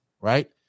right